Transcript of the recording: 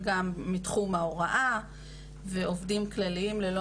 יש גם מתחום ההוראה ועובדים כלליים ללא